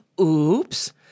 Oops